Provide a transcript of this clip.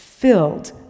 Filled